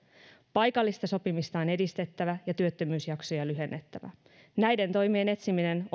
paikallista sopimista on edistettävä ja työttömyysjaksoja lyhennettävä näiden toimien etsiminen on